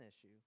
issue